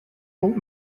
old